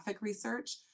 research